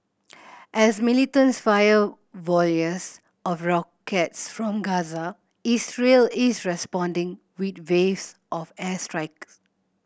as militants fire volleys of rockets from Gaza Israel is responding with waves of airstrikes